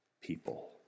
people